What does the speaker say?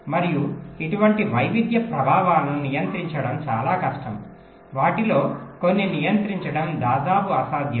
మరియు ఇటువంటి వైవిధ్య ప్రభావాలను నియంత్రించడం చాలా కష్టం వాటిలో కొన్ని నియంత్రించడం దాదాపు అసాధ్యం